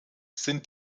sind